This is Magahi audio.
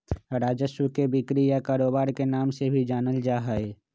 राजस्व के बिक्री या कारोबार के नाम से भी जानल जा हई